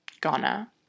Ghana